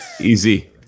easy